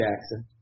Jackson